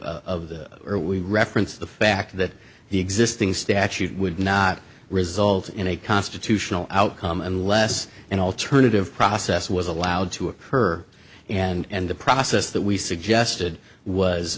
of this or we referenced the fact that the existing statute would not result in a constitutional outcome unless an alternative process was allowed to occur and the process that we suggested was